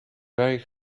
very